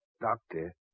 Doctor